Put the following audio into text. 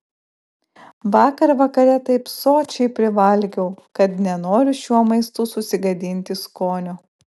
vakar vakare taip sočiai privalgiau kad nenoriu šiuo maistu susigadinti skonio